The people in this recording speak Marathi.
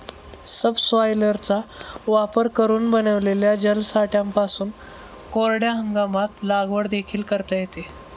सबसॉयलरचा वापर करून बनविलेल्या जलसाठ्यांपासून कोरड्या हंगामात लागवड देखील करता येते